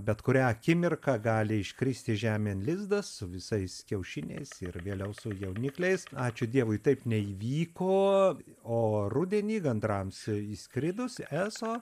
bet kurią akimirką gali iškristi žemėn lizdas su visais kiaušiniais ir vėliau su jaunikliais ačiū dievui taip neįvyko o rudenį gandrams išskridus eso